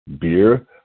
beer